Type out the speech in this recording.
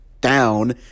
down